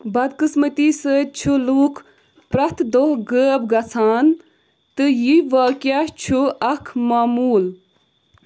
بدقٕسمتی سۭتۍ چھ لُکھ پرٮ۪تھ دۄہ غٲب گَژھان تہٕ یہِ واقعہ چھُ اکھ معموٗل